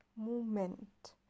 movement